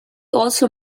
also